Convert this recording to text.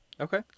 Okay